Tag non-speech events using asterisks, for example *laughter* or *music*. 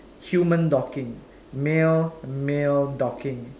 human docking male male docking *laughs*